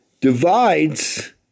divides